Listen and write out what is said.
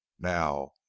now